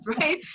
right